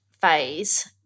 phase